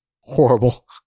horrible